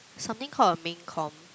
something called a main comm